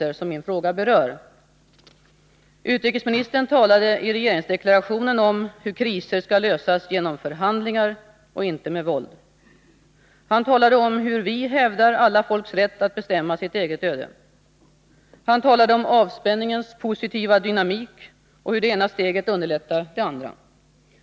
Utrikesministern talade i regeringsdeklarationen om hur kriser skall lösas genom förhandlingar och inte med våld. Han talade om hur vi hävdar alla folks rätt att bestämma sitt eget öde. Han talade om avspänningens positiva dynamik och hur det ena steget underlättar det andra.